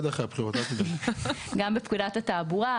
--- גם בפקודת התעבורה,